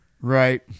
Right